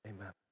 Amen